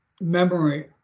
memory